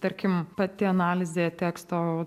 tarkim pati analizė teksto